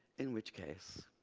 in which case.